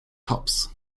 tops